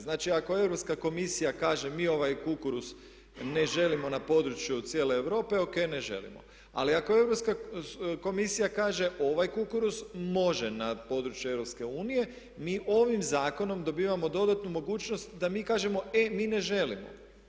Znači ako Europska komisija kaže mi ovaj kukuruz ne želimo na području cijele Europe, ok ne želimo, ali ako Europska komisija kaže ovaj kukuruz može na područje EU, mi ovim zakonom dobivamo dodatnu mogućnost da mi kažemo e mi ne želimo.